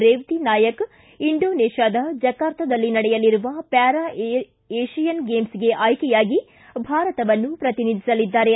ರೇವತಿನಾಯಕ ಇಂಡೋನೇಷ್ಟಾದ ಜಕಾರ್ತದಲ್ಲಿ ನಡೆಯಲಿರುವ ಪ್ಯಾರಾಏಷಿಯನ್ ಗೇಮ್ಗೆ ಆಯ್ಕೆಯಾಗಿ ಭಾರತವನ್ನು ಪ್ರತಿನಿಧಿಸಲಿದ್ದಾರೆ